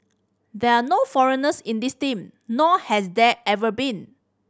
there are no foreigners in this team nor has there ever been